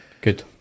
Good